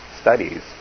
studies